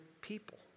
people